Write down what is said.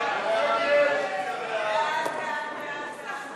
ההסתייגויות לסעיף 76,